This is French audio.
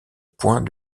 points